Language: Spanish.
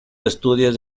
estudios